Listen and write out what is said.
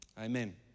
Amen